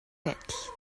байдал